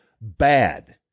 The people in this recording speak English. bad